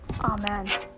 Amen